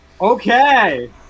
Okay